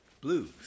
blues